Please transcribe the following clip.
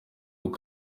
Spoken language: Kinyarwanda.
uko